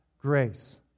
grace